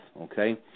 okay